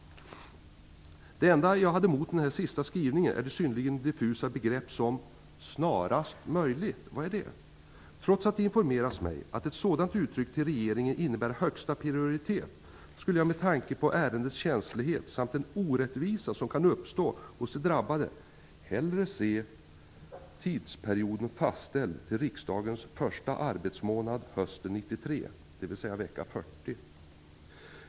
Det enda som jag har emot denna sista skrivning är det synnerligen diffusa begreppet ''snarast möjligt''. Vad är det? Trots att det informerats mig om att ett sådant uttryck innebär högsta prioritet skulle jag, med tanke på ärendets känslighet och den orättvisa som kan uppstå hos de drabbade, hellre se tidsperioden fastställd till riksdagens första arbetsmånad i höst, dvs. vecka 40.